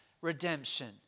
redemption